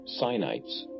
Sinites